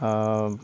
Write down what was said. ଆଉ